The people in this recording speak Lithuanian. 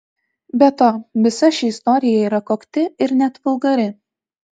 be to visa ši istorija yra kokti ir net vulgari